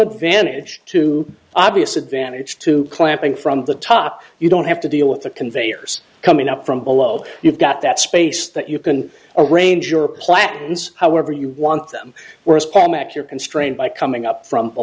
advantage to obvious advantage to clamping from the top you don't have to deal with the conveyors coming up from below you've got that space that you can arrange your platens however you want them whereas comic you're constrained by coming up from